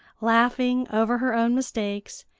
laughing over her own mistakes,